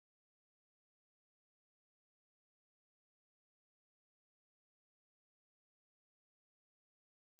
वित्त मंत्रालय शिक्षा के बजट भी कम कई देहले बाटे